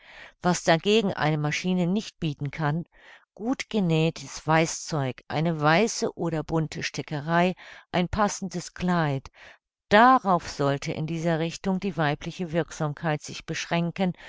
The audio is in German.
was dagegen eine maschine nicht bieten kann gut genähtes weißzeug eine weiße oder bunte stickerei ein passendes kleid darauf sollte in dieser richtung die weibliche wirksamkeit sich beschränken